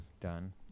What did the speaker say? done